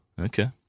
okay